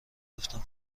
گرفتم